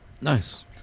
Nice